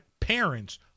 parents